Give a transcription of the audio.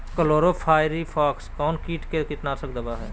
Chlorpyrifos कौन किट का कीटनाशक दवा है?